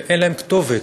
ואין להם כתובת,